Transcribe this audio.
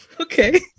Okay